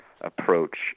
approach